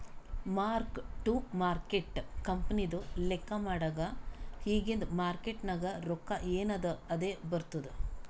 mark to market ಕಂಪನಿದು ಲೆಕ್ಕಾ ಮಾಡಾಗ್ ಇಗಿಂದ್ ಮಾರ್ಕೇಟ್ ನಾಗ್ ರೊಕ್ಕಾ ಎನ್ ಅದಾ ಅದೇ ಬರ್ತುದ್